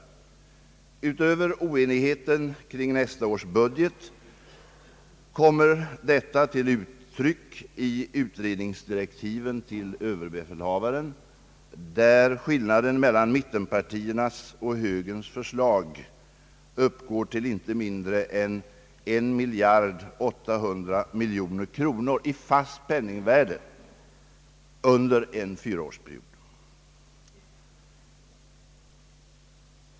Bortsett från oenigheten kring nästa års budget kommer detta till uttryck i utredningsdirektiven till överbefälhavaren, där skillnaden mellan mittenpartiernas och högerns förslag i utredningen uppgår till inte mindre än 1 800 000 000 kronor i fast penningvärde under en fyraårsperiod.